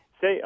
Say